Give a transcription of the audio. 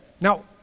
Now